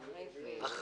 (מינוי סגן ראש רשות), התשע"ט-2019 אושרה.